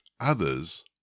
others